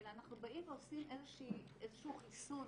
אלא אנחנו באים ועושים איזשהו חיסון,